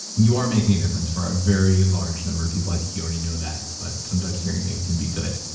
you are making a difference for a very large number of people, i think you already know that. but sometimes hearing it can be good.